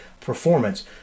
performance